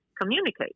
communicate